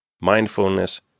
mindfulness